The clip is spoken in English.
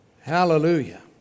Hallelujah